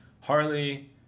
Harley